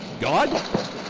God